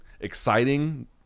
Exciting